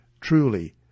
Truly